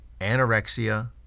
Anorexia